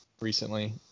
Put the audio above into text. Recently